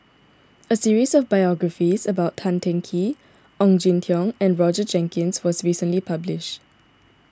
a series of biographies about Tan Teng Kee Ong Jin Teong and Roger Jenkins was recently published